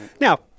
Now